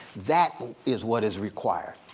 that is what is required.